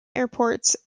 airports